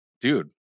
dude